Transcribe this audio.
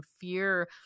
fear